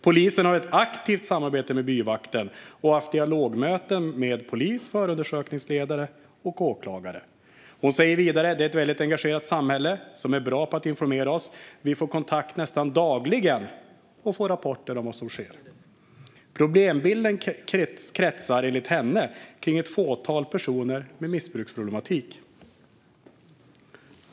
Polisen har ett aktivt samarbete med byavakten och har haft dialogmöten med polis, förundersökningsledare och åklagare. Den person som uttalar sig säger vidare att det är ett väldigt engagerat samhälle som är bra på att informera polisen. De blir kontaktade nästan dagligen och får rapporter om vad som sker. Problemen kretsar enligt henne kring ett fåtal personer med missbruksproblematik.